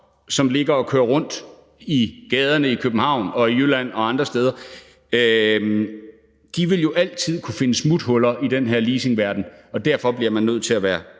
som ligger og kører rundt i gaderne i København og i Jylland og andre steder, jo altid vil kunne finde smuthuller i den her leasingverden. Derfor bliver man nødt til at være